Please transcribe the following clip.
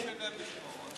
משיב בשמו,